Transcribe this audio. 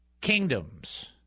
kingdoms